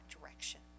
direction